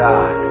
God